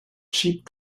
cheap